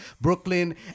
Brooklyn